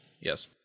Yes